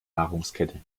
nahrungskette